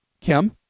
Kim